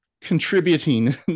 contributing